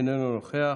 איננו נוכח,